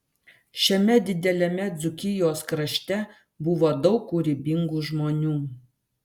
šiame dideliame dzūkijos krašte buvo daug kūrybingų žmonių